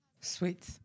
Sweet